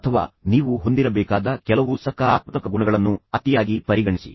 ಅಥವಾ ನೀವು ಹೊಂದಿರಬೇಕಾದ ಕೆಲವು ಸಕಾರಾತ್ಮಕ ಗುಣಗಳನ್ನು ಅತಿಯಾಗಿ ಪರಿಗಣಿಸಿ